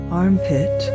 armpit